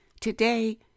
Today